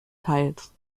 teils